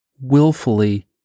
willfully